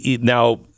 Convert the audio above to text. Now